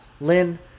Lynn